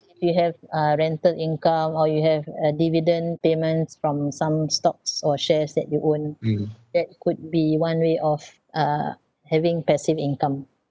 if you have uh rental income or you have uh dividend payments from some stocks or shares that you own that could be one way of uh having passive income